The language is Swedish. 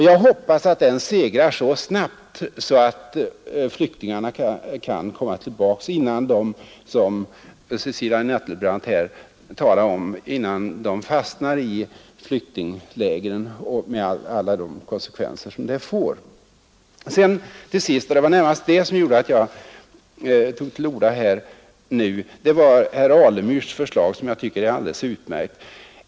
Jag hoppas att den segrar så snabbt att flyktingarna kan komma tillbaka innan de, som fru Nettelbrandt sade, fastnar i flyktinglägren med alla de konsekvenser som det får. Det som närmast gjorde att jag tog till orda igen var herr Alemyrs förslag, som jag tycker är alldeles utmärkt.